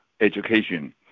education